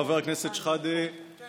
חבר הכנסת שחאדה,